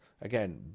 again